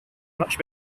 much